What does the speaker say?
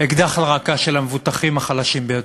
אקדח לרקה של המבוטחים החלשים ביותר?